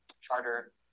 charter